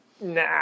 nah